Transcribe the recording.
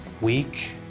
week